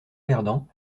perdants